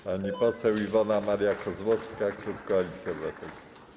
Pani poseł Iwona Maria Kozłowska, klub Koalicji Obywatelskiej.